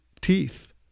teeth